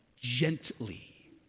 gently